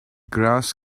grass